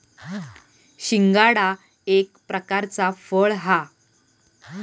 शिंगाडा एक प्रकारचा फळ हा